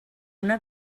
una